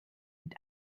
mit